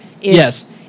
Yes